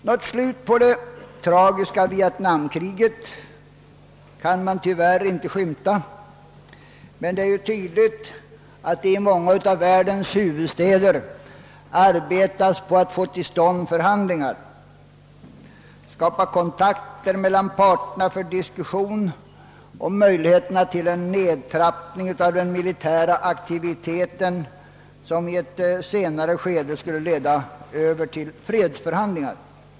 Något slut på det tragiska vietnamkriget kan man tyvärr inte skymta, men det är tydligt att det i många av världens huvudstäder arbetas på att få till stånd förhandlingar och skapa kontakter mellan parterna för diskussion om möjligheterna till en nedtrappning av den militära aktiviteten, som i ett senare skede skulle leda över till fredsförhandlingar.